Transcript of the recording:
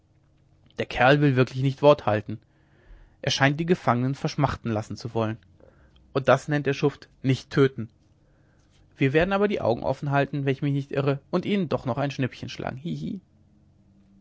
der kerl will wirklich nicht wort halten er scheint die gefangenen verschmachten lassen zu wollen und das nennt der schuft nicht töten wir werden aber die augen offen halten wenn ich mich nicht irre und ihm doch ein schnippchen schlagen